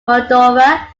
moldova